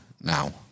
now